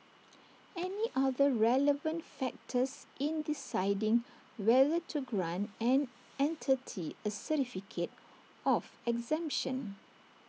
any other relevant factors in deciding whether to grant an entity A certificate of exemption